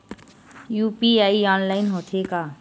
UPI online होथे का?